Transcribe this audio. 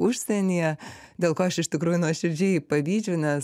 užsienyje dėl ko aš iš tikrųjų nuoširdžiai pavydžiu nes